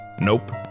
Nope